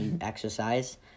exercise